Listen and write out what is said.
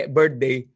birthday